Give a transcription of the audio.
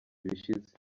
bishize